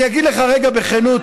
אני אגיד לך רגע בכנות,